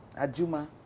Ajuma